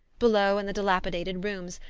below, in the dilapidated rooms,